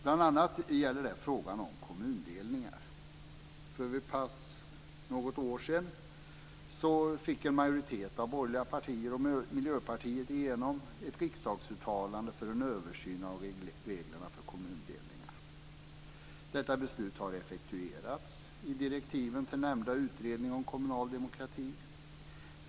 Bl.a. gäller det frågan om kommundelningar. För något år sedan fick en majoritet av borgerliga partier och Miljöpartiet igenom ett riksdagsuttalande för en översyn av reglerna för kommundelningar. Detta beslut har effektuerats i direktiven till nämnda utredning om kommunal demokrati.